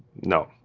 no.